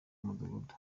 umudugudu